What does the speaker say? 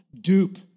dupe